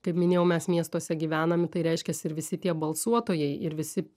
kaip minėjau mes miestuose gyvenam tai reiškias ir visi tie balsuotojai ir visi